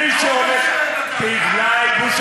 בגלל מי,